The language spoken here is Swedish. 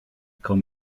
kom